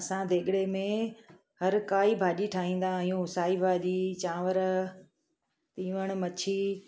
असां देगिड़े में हर काई भाॼी ठाहींदा आहियूं साई भाॼी चांवर तीवण मच्छी